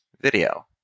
video